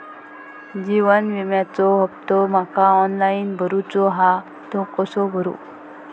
जीवन विम्याचो हफ्तो माका ऑनलाइन भरूचो हा तो कसो भरू?